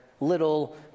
little